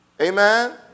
Amen